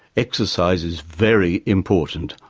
exercise is very important,